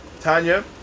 Tanya